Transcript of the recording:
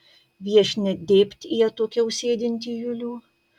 viešnia dėbt į atokiau sėdintį julių